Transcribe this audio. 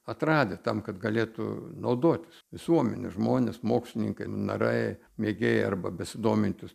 atradę tam kad galėtų naudotis visuomenės žmonės mokslininkai narai mėgėjai arba besidomintys